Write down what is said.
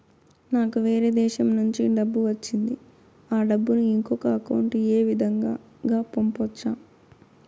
నాకు వేరే దేశము నుంచి డబ్బు వచ్చింది ఆ డబ్బును ఇంకొక అకౌంట్ ఏ విధంగా గ పంపొచ్చా?